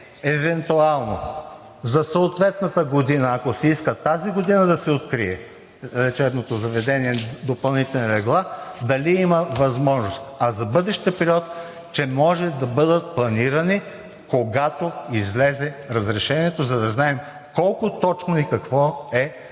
евентуално за съответната година. Ако се иска тази година да се открият в лечебното заведение допълнителни легла, дали има възможност, а за бъдещ период – че може да бъдат планирани, когато излезе разрешението, за да знаем колко точно и какво е